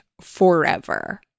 forever